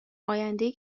آیندهای